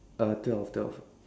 uh twelve twelve